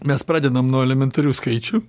mes pradedam nuo elementarių skaičių